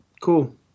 Cool